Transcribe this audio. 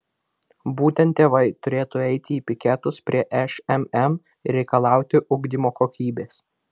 būtent tėvai turėtų eiti į piketus prie šmm ir reikalauti ugdymo kokybės